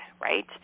right